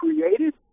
created